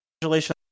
congratulations